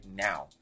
now